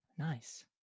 nice